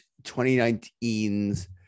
2019's